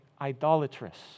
idolatrous